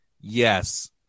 Yes